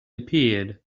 appeared